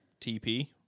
TP